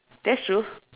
that's true